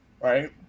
right